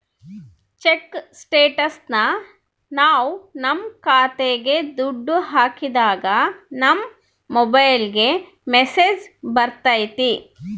check ಸ್ಟೇಟಸ್ನ ನಾವ್ ನಮ್ ಖಾತೆಗೆ ದುಡ್ಡು ಹಾಕಿದಾಗ ನಮ್ ಮೊಬೈಲ್ಗೆ ಮೆಸ್ಸೇಜ್ ಬರ್ತೈತಿ